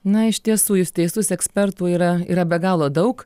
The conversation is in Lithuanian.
na iš tiesų jūs teisus ekspertų yra yra be galo daug